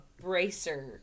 bracer